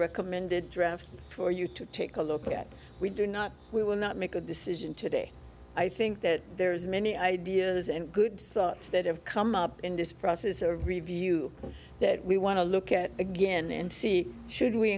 recommended draft for you to take a look at we do not we will not make a decision today i think that there's many ideas and good thoughts that have come up in this process is a review that we want to look at again and see should we